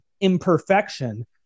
imperfection